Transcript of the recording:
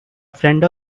friend